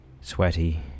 sweaty